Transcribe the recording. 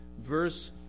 verse